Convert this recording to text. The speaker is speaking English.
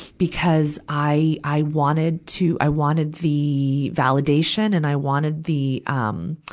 because i, i wanted to, i wanted the validation and i wanted the, um,